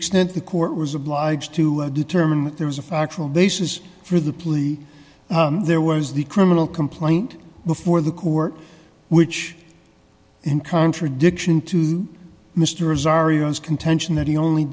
extent the court was obliged to determine that there was a factual basis for the plea there was the criminal complaint before the court which in contradiction to the mysteries aryans contention that he only